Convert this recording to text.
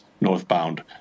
northbound